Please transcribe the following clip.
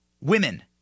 women